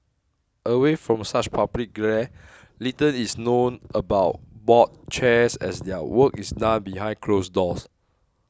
away from such public glare little is known about board chairs as their work is done behind closed doors